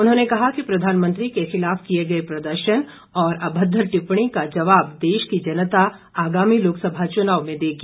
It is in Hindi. उन्होंने कहा कि प्रधानमंत्री के खिलाफ किए गए प्रदर्शन और अभद्र टिप्पणी का जवाब देश की जनता आगामी लोकसभा चुनाव में देगी